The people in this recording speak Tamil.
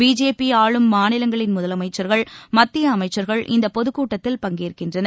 பிஜேபி ஆளும் மாநிலங்களின் முதலமைச்சர்கள் மத்திய அமைச்சர்கள் இந்தப் பொதுக் கூட்டத்தில் பங்கேற்கின்றனர்